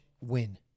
win